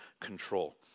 control